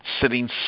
sitting